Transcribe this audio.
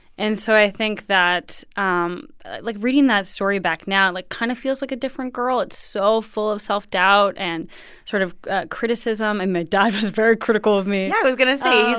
and so i think that um like like, reading that story back now, like, kind of feels like a different girl. it's so full of self-doubt and sort of criticism. and my dad was very critical of me yeah, i was going to say.